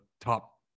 top